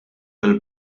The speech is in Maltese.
mill